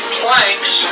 planks